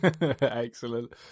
Excellent